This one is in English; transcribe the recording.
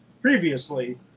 previously